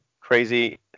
crazy